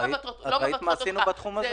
ראית מה עשינו בתחום הזה?